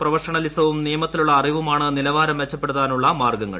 പ്രൊഫഷണലിസവും നിയമത്തിലുള്ള അറിവുമാണ് നിലവാരം മെച്ചപ്പെടുത്താനുള്ള മാർഗ്ഗങ്ങൾ